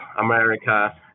America